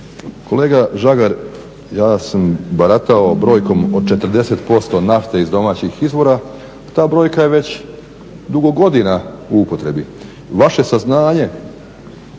Kolega Žagar ja sam baratao brojkom od 40% nafte iz domaćih izvora. Ta brojka je već dugo godina u upotrebi. Vaše saznanje,